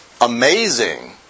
amazing